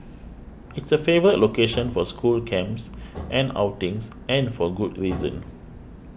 it's a favourite location for school camps and outings and for good reason